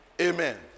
Amen